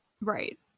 Right